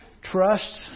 Trust